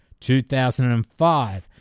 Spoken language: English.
2005